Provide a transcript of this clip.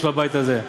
של הבית הזה.